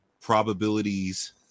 probabilities